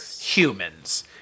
humans